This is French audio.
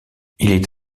est